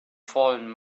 fallen